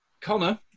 Connor